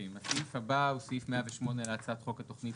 הסעיף הבא הוא סעיף 108 להצעת חוק התוכנית